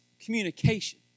communication